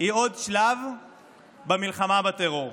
היא עוד שלב במלחמה בטרור.